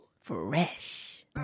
Fresh